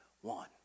one